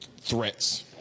threats